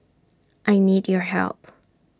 I need your help